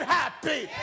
happy